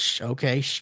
okay